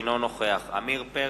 אינו נוכח עמיר פרץ,